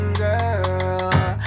girl